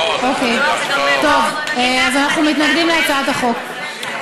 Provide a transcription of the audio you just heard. אוקיי, טוב, אז אנחנו מתנגדים להצעת החוק.